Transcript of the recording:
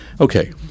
Okay